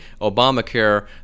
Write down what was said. Obamacare